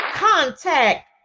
Contact